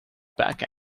back